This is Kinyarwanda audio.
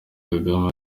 kagame